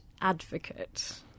advocate